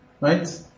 right